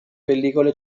pellicole